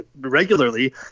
regularly